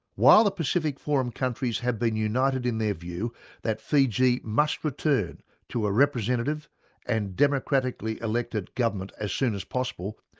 while the pacific forum countries have been united in their view that fiji must return to a representative and democratically elected government as soon as possible,